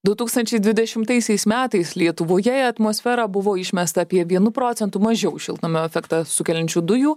du tūkstančiai dvidešimtaisiais metais lietuvoje į atmosferą buvo išmesta apie vienu procentu mažiau šiltnamio efektą sukeliančių dujų